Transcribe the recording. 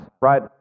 right